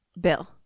Bill